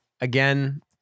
again